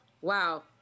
Wow